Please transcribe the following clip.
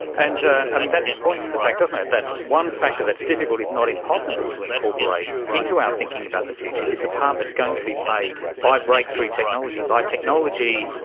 and that points to the fact, doesn't it, that one factor that is difficult, if not impossible, to incorporate into our thinking about the future is the part that is going to be played by breakthrough technology, by technology,